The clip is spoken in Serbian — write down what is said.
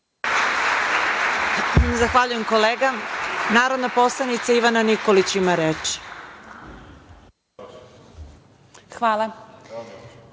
Zahvaljujem, kolega. Narodna poslanica Ivana Nikolić ima reč. **Ivana